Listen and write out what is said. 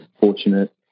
fortunate